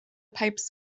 pipes